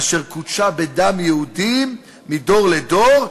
אשר קודשה בדם יהודים מדור לדור,